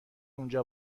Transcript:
اونجا